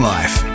Life